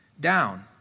down